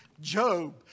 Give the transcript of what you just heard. Job